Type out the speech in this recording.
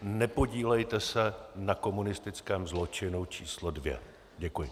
Nepodílejte se na komunistickém zločinu číslo 2. Děkuji.